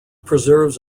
preserves